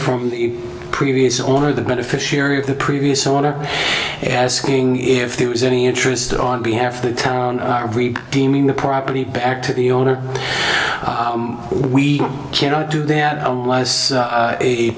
from the previous owner the beneficiary of the previous owner asking if there was any interest on behalf of the town deeming the property back to the owner we cannot do that